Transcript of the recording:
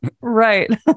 Right